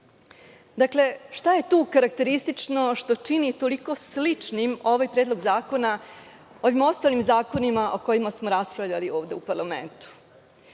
vlasti. Šta je tu karakteristično što čini toliko sličnim ovaj predlog zakona ovim ostalim zakonima o kojima smo raspravljali ovde u parlamentu?